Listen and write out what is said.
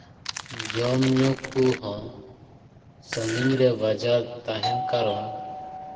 ᱡᱚᱢ ᱧᱩ ᱠᱚᱦᱚᱸ ᱥᱟᱺᱜᱤᱧ ᱨᱮ ᱵᱟᱡᱟᱨ ᱛᱟᱦᱮᱱ ᱠᱟᱨᱚᱱ